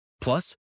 Plus